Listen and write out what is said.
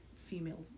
female